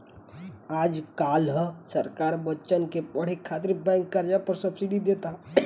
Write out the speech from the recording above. आज काल्ह सरकार बच्चन के पढ़े खातिर बैंक कर्जा पर सब्सिडी देता